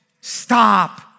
stop